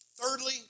Thirdly